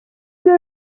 nie